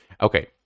Okay